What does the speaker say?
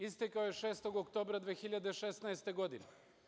Istekao je 6. oktobra 2016. godine.